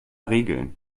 regeln